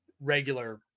regular